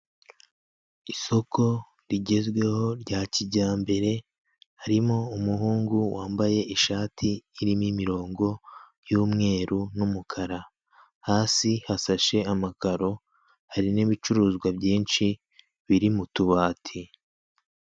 Isoko rigezweho rya kijyambere harimo umuhungu wambaye ishati irimo imirongo y'umweru n'umukara. Hasi hasashe amakaro, hari n'ibicuruzwa byinshi biri mu tubati.